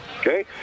okay